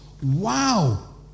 wow